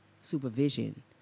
supervision